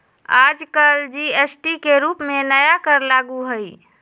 आजकल जी.एस.टी के रूप में नया कर लागू हई